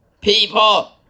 people